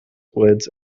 woods